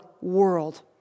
world